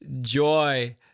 joy